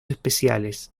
especiales